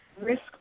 risk